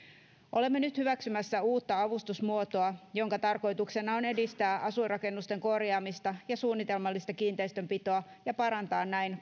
olemme nyt hyväksymässä uutta avustusmuotoa jonka tarkoituksena on edistää asuinrakennusten korjaamista ja suunnitelmallista kiinteistönpitoa ja parantaa näin